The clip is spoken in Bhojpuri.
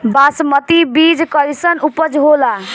बासमती बीज कईसन उपज होला?